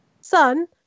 son